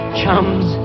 chums